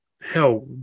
hell